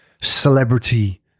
celebrity